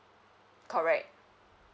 correct